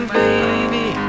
baby